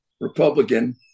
Republican